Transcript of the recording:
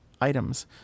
items